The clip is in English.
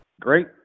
Great